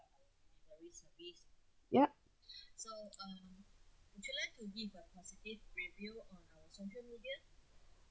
yup